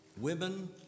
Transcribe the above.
women